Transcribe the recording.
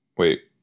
wait